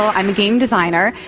i'm a game designer,